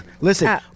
Listen